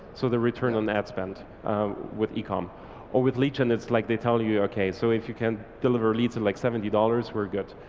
so the return on ad spend with ecom or with lead gen, and it's like they tell you, okay so if you can deliver leads it like seventy dollars we're good.